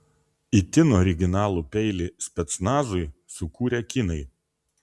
itin originalų peilį specnazui sukūrė kinai